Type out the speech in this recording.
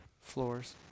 Floors